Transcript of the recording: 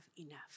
enough